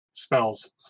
Spells